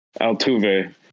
Altuve